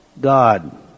God